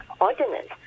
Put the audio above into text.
ordinance